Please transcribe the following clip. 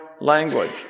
language